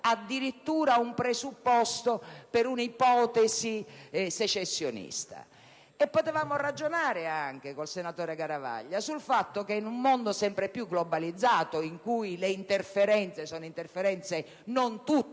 addirittura un presupposto per un'ipotesi secessionista. Potevamo ragionare con il senatore Garavaglia sul fatto che in un mondo sempre più globalizzato, in cui le interferenze sono non tutte